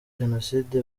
jenoside